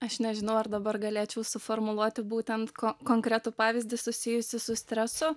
aš nežinau ar dabar galėčiau suformuluoti būtent ko konkretų pavyzdį susijusį su stresu